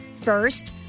First